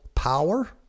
power